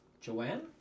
Joanne